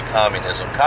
communism